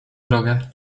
drogę